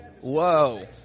Whoa